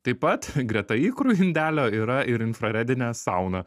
taip pat greta ikrų indelio yra ir infraredinė sauna